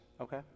okay